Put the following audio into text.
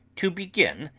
to begin,